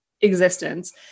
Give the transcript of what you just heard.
existence